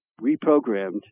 reprogrammed